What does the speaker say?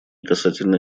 касательно